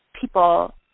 people